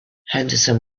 henderson